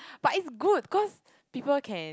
but it's good cause people can